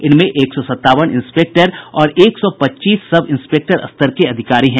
इनमें एक सौ सत्तावन इंस्पेक्टर और एक सौ पच्चीस सब इंस्पेक्टर स्तर के अधिकारी शामिल हैं